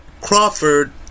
Crawford